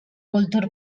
kultur